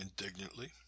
indignantly